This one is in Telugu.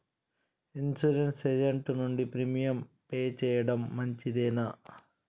ఇన్సూరెన్స్ ఏజెంట్ నుండి ప్రీమియం పే చేయడం మంచిదేనా?